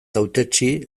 hautetsi